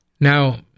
Now